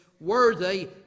Worthy